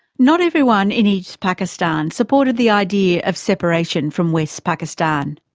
not everyone in east pakistan supported the idea of separation from west pakistan.